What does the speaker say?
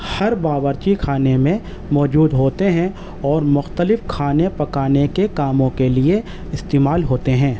ہر باورچی خانے میں موجود ہوتے ہیں اور مختلف کھانے پکانے کے کاموں کے لیے استعمال ہوتے ہیں